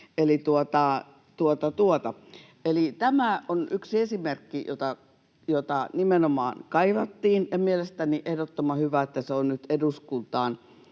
Tämä on yksi esimerkki, jota nimenomaan kaivattiin, ja mielestäni on ehdottoman hyvä, että se on nyt eduskuntaan